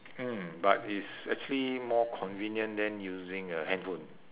hmm but it's actually more convenient than using a handphone